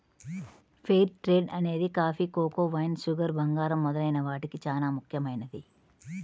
fair trade అనేది coffee, cocoa, wine, sugar, బంగారం మొదలైన వాటికి చానా ముఖ్యమైనది